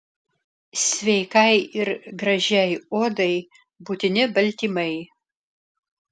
sveikai ir gražiai odai būtini baltymai